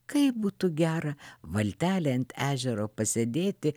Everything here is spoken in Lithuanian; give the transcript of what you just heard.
kaip būtų gera valtele ant ežero pasėdėti